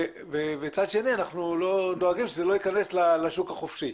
ומצד שני אנחנו דואגים שזה לא ייכנס לשוק החופשי.